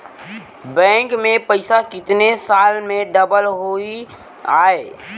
Bank में पइसा कितने साल में डबल होही आय?